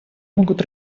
могут